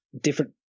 different